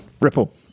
Ripple